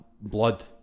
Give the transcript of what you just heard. blood